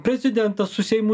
prezidentas su seimu